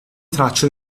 tracce